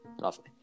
lovely